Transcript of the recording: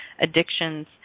addictions